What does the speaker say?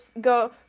go